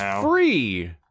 free